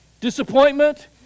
disappointment